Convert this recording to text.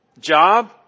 job